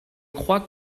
crois